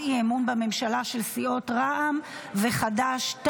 אי-אמון בממשלה של סיעות רע"מ וחד"ש-תע"ל.